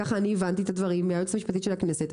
ככה אני הבנתי את הדברים מהיועצת המשפטית של הכנסת,